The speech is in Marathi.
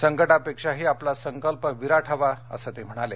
संकटापेक्षाही आपला संकल्प विराट हवा असं ते म्हणाले